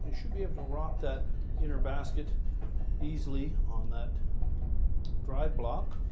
should be able to rock that inner basket easily on that drive block.